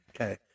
Okay